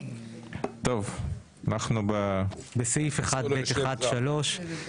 הצבעה בעד, 3 נגד,